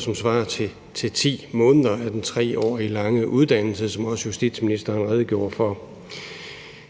som svarer til 10 måneder af den 3 år lange uddannelse, sådan som også justitsministeren redegjorde for.